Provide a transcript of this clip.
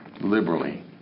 Liberally